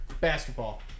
Basketball